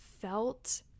felt